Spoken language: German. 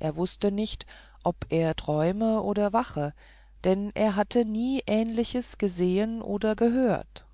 er wußte nicht ob er träume oder wache denn er hatte nie ähnliches gesehen oder gehört